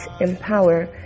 empower